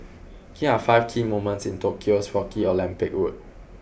here are five key moments in Tokyo's rocky Olympic road